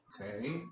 Okay